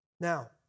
Now